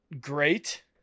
great